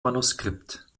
manuskript